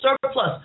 surplus